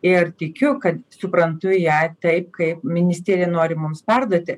ir tikiu kad suprantu ją taip kaip ministerija nori mums perduoti